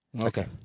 Okay